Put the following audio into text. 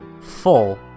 full